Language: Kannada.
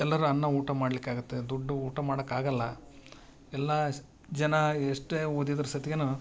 ಎಲ್ಲರು ಅನ್ನ ಊಟ ಮಾಡಲಿಕ್ಕಾಗುತ್ತೆ ದುಡ್ಡು ಊಟ ಮಾಡಕ್ಕೆ ಆಗಲ್ಲ ಎಲ್ಲಾ ಜನ ಎಷ್ಟೇ ಓದಿದ್ದರೂ ಸತ್ಗೆನು